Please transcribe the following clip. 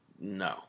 no